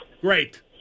Great